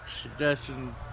suggestion